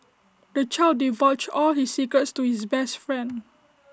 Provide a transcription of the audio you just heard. the child divulged all his secrets to his best friend